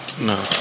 No